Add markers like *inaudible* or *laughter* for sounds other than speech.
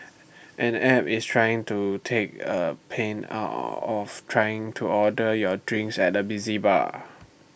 an app is trying to take A pain out *hesitation* of trying to order your drinks at the busy bar